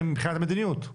מבחינת המדיניות?